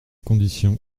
conditions